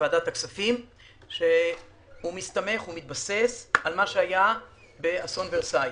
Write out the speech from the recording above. בוועדת הכספים שמסתמך ומתבסס על מה שהיה באסון ורסאי.